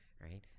right